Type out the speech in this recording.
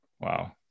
Wow